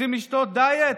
רוצים לשתות דיאט?